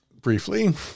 briefly